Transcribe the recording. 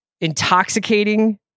intoxicating